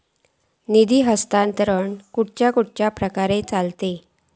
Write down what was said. निधी हस्तांतरण कसल्या कसल्या प्रकारे चलता?